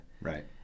right